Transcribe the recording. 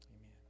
Amen